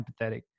empathetic